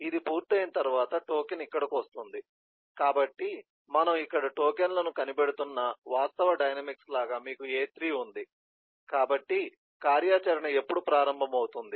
ఇది పూర్తయిన తర్వాత టోకెన్ ఇక్కడకు వస్తుంది కాబట్టి మనం ఇక్కడ టోకెన్లను కనిపెడుతున్న వాస్తవ డైనమిక్స్ లాగా మీకు a3 ఉంది కాబట్టి కార్యాచరణ ఎప్పుడు ప్రారంభమవుతుంది